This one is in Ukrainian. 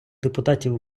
депутатів